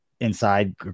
inside